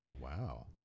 Wow